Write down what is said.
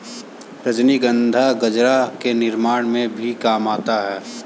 रजनीगंधा गजरा के निर्माण में भी काम आता है